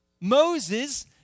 Moses